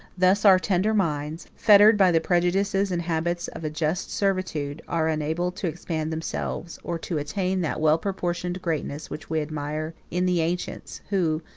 thus our tender minds, fettered by the prejudices and habits of a just servitude, are unable to expand themselves, or to attain that well-proportioned greatness which we admire in the ancients who,